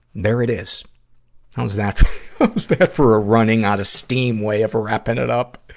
there it is. how's that for that for a running-out-of-steam way of wrapping it up.